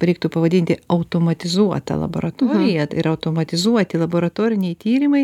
reiktų pavadinti automatizuota laboratorija ir automatizuoti laboratoriniai tyrimai